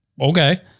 Okay